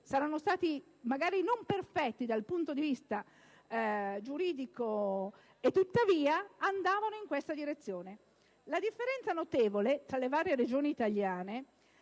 saranno stati perfetti dal punto di vista giuridico, tuttavia andavano in questa direzione. La differenza notevole tra le varie Regioni italiane